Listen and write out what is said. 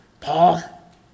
Paul